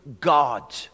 God